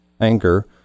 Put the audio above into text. anger